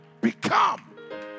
become